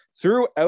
throughout